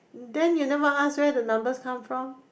then you never ask where the numbers come from